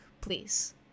please